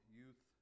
youth